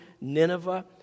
Nineveh